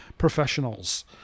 professionals